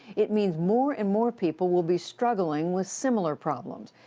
it means more and more people will be struggling with similar problems.